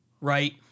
Right